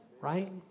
Right